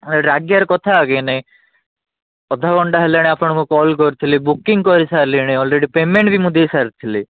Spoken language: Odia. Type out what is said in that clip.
ରାଗିବାର କଥା ଆଜ୍ଞା ନାହିଁ ଅଧଘଣ୍ଟା ହେଲାଣି ଆପଣଙ୍କୁ କଲ୍ କରିଥିଲି ବୁକିଙ୍ଗ କରିସାରିଲିଣି ଅଲରେଡ଼ି ପେମେଣ୍ଟ ବି ମୁଁ ଦେଇସାରିଥିଲି